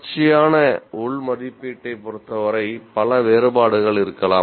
தொடர்ச்சியான உள் மதிப்பீட்டைப் பொறுத்தவரை பல வேறுபாடுகள் இருக்கலாம்